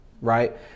right